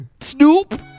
Snoop